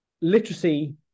literacy